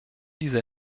diese